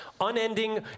unending